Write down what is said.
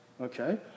okay